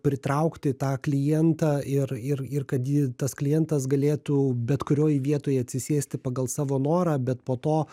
pritraukti tą klientą ir ir ir kad ji tas klientas galėtų bet kurioj vietoj atsisėsti pagal savo norą bet po to